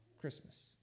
Christmas